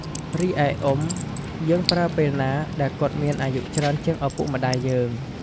រីឯ "អ៊ុំ" យើងប្រើពេលណាដែលគាត់មានអាយុច្រើនជាងឪពុកម្តាយយើង។